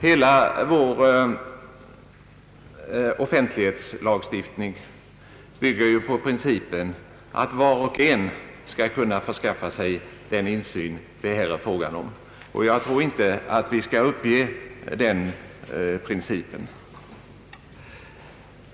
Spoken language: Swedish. Hela vår offentlighetslagstiftning bygger dock på principen, att var och en skall kunna förskaffa sig sådan insyn som det här gäller, och jag tror inte att vi skall uppge den principen.